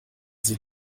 sie